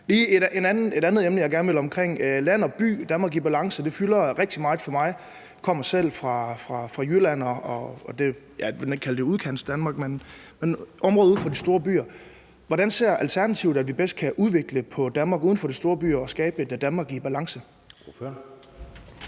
Et andet emne, jeg godt lige vil omkring, er land og by og Danmark i balance. Det fylder rigtig meget for mig. Jeg kommer selv fra Jylland. Man vil nok ikke kalde det Udkantsdanmark, men området uden for de store byer. Hvordan ser Alternativet, at vi bedst kan udvikle Danmark uden for de store byer og skabe et Danmark i balance?